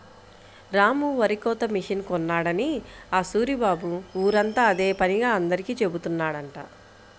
రాము వరికోత మిషన్ కొన్నాడని ఆ సూరిబాబు ఊరంతా అదే పనిగా అందరికీ జెబుతున్నాడంట